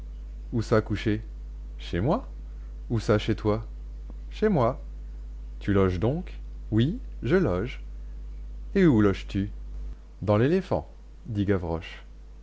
où ça coucher chez moi où ça chez toi chez moi tu loges donc oui je loge et où loges tu dans l'éléphant dit gavroche